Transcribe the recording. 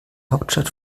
hauptstadt